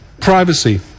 privacy